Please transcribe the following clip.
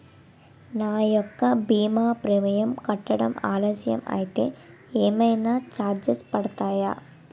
నా యెక్క భీమా ప్రీమియం కట్టడం ఆలస్యం అయితే ఏమైనా చార్జెస్ పడతాయా?